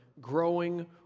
growing